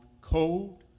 cold